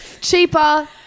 Cheaper